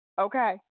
okay